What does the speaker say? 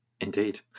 indeed